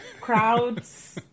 crowds